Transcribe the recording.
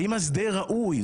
האם ההסדר ראוי?